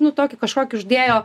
nu tokį kažkokį uždėjo